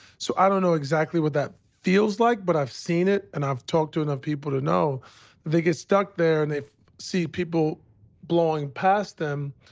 so i don't know exactly what that feels like. but i've seen it. and i've talked to enough people to know they get stuck there. and they see people blowing past them.